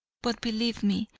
but believe me,